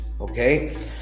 okay